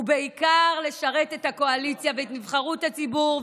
הוא בעיקר לשרת את הקואליציה ואת נבחרות הציבור,